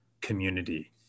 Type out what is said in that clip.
community